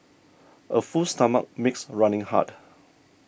a full stomach makes running hard